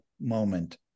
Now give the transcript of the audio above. moment